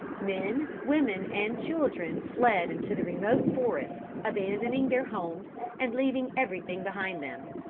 men, women and children fled into the remote forest, abandoning their homes and leaving everything behind them.